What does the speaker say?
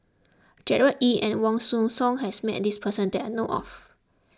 Gerard Ee and Wong Hong Suen has met this person that I know of